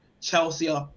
Chelsea